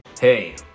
hey